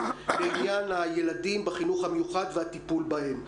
בעניין הילדים בחינוך המיוחד והטיפול בהם.